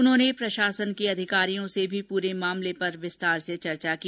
उन्होने प्रशासन के अधिकारियों से भी पूरे मामले पर विस्तार से चर्चा की